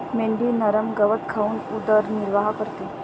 मेंढी नरम गवत खाऊन उदरनिर्वाह करते